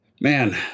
Man